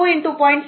6 0